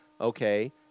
Okay